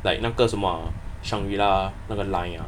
like 那个什么 uh shangri-la 那个 line 啊